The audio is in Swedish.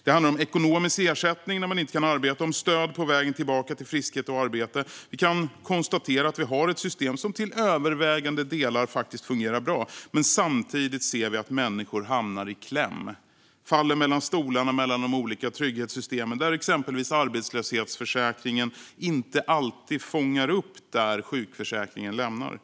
Det handlar om ekonomisk ersättning när man inte kan arbeta och om stöd på vägen tillbaka till friskhet och arbete. Vi kan konstatera att vi har ett system som till övervägande del fungerar bra. Men samtidigt ser vi att människor hamnar i kläm eller faller mellan stolarna mellan de olika trygghetssystemen. Exempelvis fångar arbetslöshetsförsäkringen inte alltid upp människor där sjukförsäkringen lämnar dem.